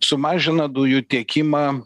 sumažina dujų tiekimą